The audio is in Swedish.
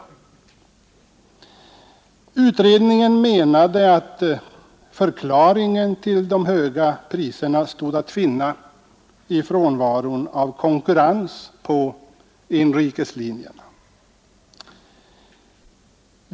Utredningen menade att förklaringen till de höga priserna står att finna i frånvaron av konkurrens på inrikeslinjerna.